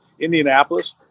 Indianapolis